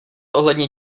ohledně